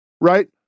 right